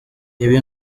ibi